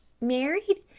married?